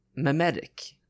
memetic